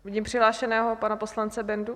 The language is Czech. Vidím přihlášeného pana poslance Bendu?